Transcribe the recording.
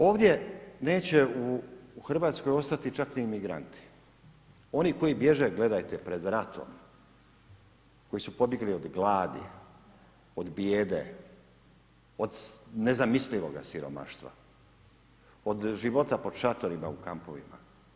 Ovdje neće u Hrvatskoj ostati čak ni imigranti, oni koji bježe gledajte pred ratom, koji su pobjegli od gladi, od bijede, od nezamislivoga siromaštva, od života pod šatorima u kampovima.